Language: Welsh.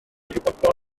chi